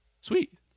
Sweet